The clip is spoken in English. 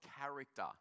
character